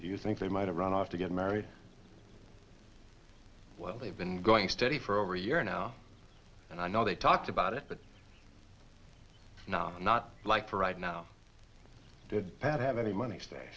you think they might have run off to get married well they've been going steady for over a year now and i know they talked about it but now not like right now did pat have any money stay